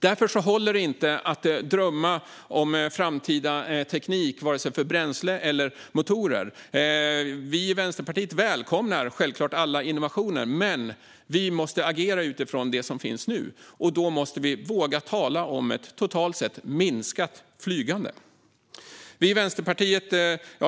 Därför håller det inte att drömma om framtida teknik för vare sig bränsle eller motorer. Vi i Vänsterpartiet välkomnar självklart alla innovationer, men vi måste agera utifrån det som finns nu. Då måste vi våga tala om ett totalt sett minskat flygande.